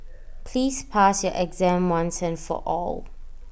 please pass your exam once and for all